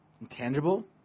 intangible